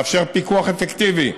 לאפשר פיקוח אפקטיבי,